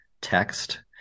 text